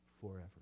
Forever